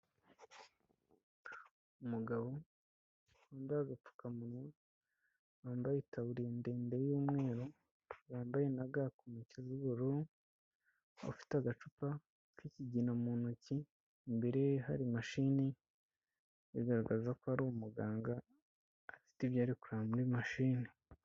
Umugabo wambaye agapfukamunwa, wambaye itaburiya ndende y'umweru, wambaye na ga ku ntoki z'ubururu, afite agacupa k'ikigina mu ntoki, imbere ye hari mashini ibigaragaza ko ari umuganga, afite ibyo ari kureba muri mashini.